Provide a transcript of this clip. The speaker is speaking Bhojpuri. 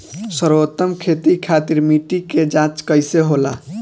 सर्वोत्तम खेती खातिर मिट्टी के जाँच कइसे होला?